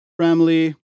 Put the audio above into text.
family